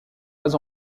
pas